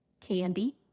Candy